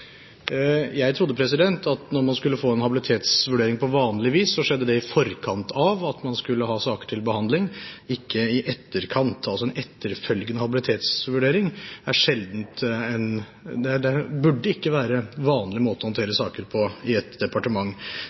Jeg trodde at når man skulle få en habilitetsvurdering «på vanlig vis», så skjedde det i forkant av at man skulle ha saker til behandling – ikke i etterkant. Altså: En etterfølgende habilitetsvurdering burde ikke være vanlig måte å håndtere saker på i et departement.